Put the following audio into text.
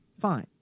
Fine